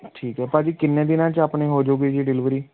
ਠੀਕ ਹੈ ਭਾਅ ਜੀ ਕਿੰਨੇ ਦਿਨਾਂ 'ਚ ਆਪਣੇ ਹੋਜੂਗੀ ਜੀ ਡਿਲਵਰੀ